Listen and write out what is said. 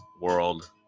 World